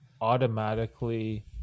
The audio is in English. automatically